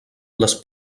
les